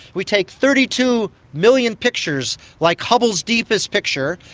we take thirty two million pictures like hubble's deepest picture,